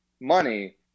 money